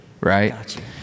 right